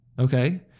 Okay